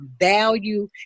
value